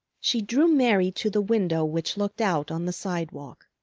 she drew mary to the window which looked out on the sidewalk.